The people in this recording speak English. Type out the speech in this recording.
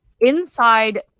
inside